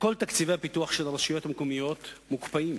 כל תקציבי הפיתוח של הרשויות המקומיות מוקפאים.